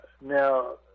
Now